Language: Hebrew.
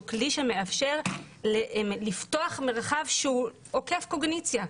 כלי שמאפשר לפתוח מרחב שהוא עוקף קוגניציה.